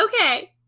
okay